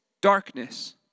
darkness